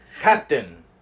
Captain